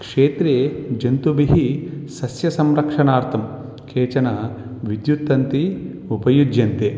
क्षेत्रे जन्तुभ्यः सस्यसंरक्षणार्थं केचन विद्युत् तन्ति उपयुज्यन्ते